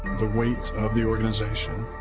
the weight of the organization,